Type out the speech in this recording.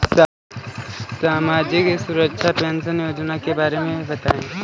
सामाजिक सुरक्षा पेंशन योजना के बारे में बताएँ?